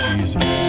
Jesus